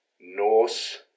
Norse